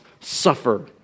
suffer